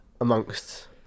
amongst